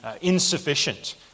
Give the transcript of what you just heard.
insufficient